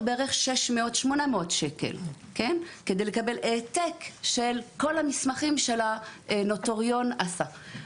בערך 600-800 ש"חל כדי לקבל עותק של כל המסמכים שהנוטריון עשה.